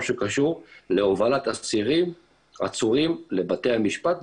שקשור להובלת אסירים ועצורים לבתי המשפט,